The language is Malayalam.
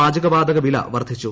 പാചകവാതക വില വർദ്ധിച്ചു